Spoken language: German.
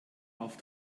auf